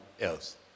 Else